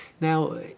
Now